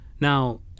Now